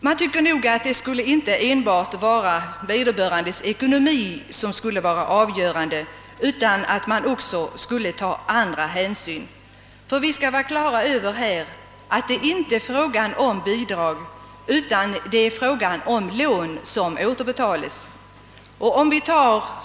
Man tycker nog att inte enbart vederbörandes ekonomi skulle vara avgörande, utan att också andra hänsyn borde tagas. Vi skall vara på det klara med att det är fråga, inte om bidrag utan om lån som skall återbetalas.